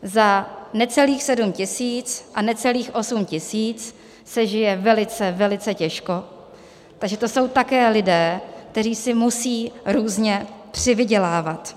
Za necelých 7 tisíc a necelých 8 tisíc se žije velice, velice těžko, takže to jsou také lidé, kteří si musí různě přivydělávat.